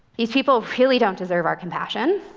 these people really don't deserve our compassion,